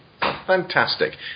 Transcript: Fantastic